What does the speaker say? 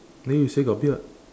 then you say got beard